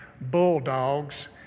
Bulldogs